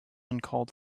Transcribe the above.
uncalled